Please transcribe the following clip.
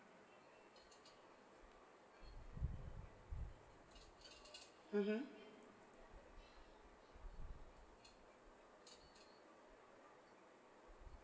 mmhmm